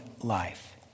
life